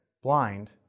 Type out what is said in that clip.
blind